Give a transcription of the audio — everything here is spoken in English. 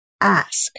ask